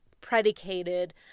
predicated